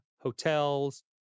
hotels